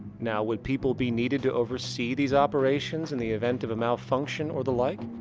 now, would people be needed to oversee these operations in the event of a malfunction or the like?